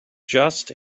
just